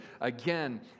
again